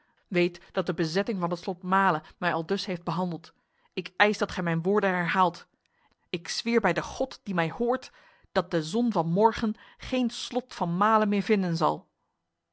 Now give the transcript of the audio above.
weet dat de bezetting van het slot male mij aldus heeft behandeld ik eis dat gij mijn woorden herhaalt ik zweer bij de god die mij hoort dat de zon van morgen geen slot te male meer vinden zal